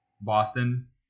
Boston